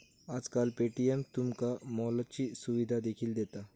आजकाल पे.टी.एम तुमका मॉलची सुविधा देखील दिता